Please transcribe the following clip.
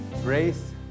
Grace